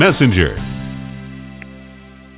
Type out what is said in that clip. Messenger